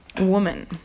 woman